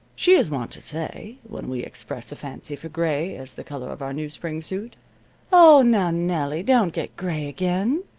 she is wont to say, when we express a fancy for gray as the color of our new spring suit oh, now, nellie, don't get gray again.